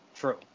True